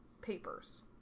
papers